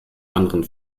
anderen